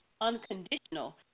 unconditional